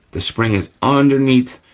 the spring is underneath